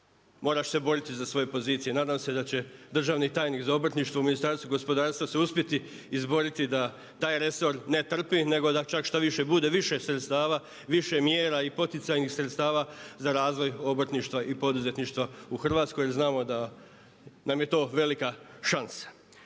moraš se boriti za svoje pozicije. Nadam se da će državni tajnik za obrtništvo u Ministarstvu gospodarstva se uspjeti izboriti da taj resor ne trpi nego da čak štoviše bude više sredstava, više mjera i poticajnih sredstava za razvoj obrtništva i poduzetništva u Hrvatskoj jer znamo da nam je to velika šansa.